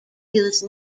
use